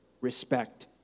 respect